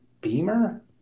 Beamer